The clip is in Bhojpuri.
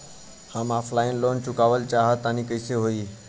हम ऑफलाइन लोन चुकावल चाहऽ तनि कइसे होई?